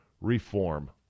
reform